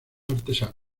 artesanos